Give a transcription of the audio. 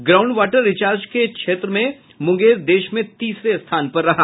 ground water recharge के क्षेत्र में मुंगेर देश में तीसरे स्थान पर रहा